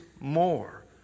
more